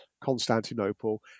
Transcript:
Constantinople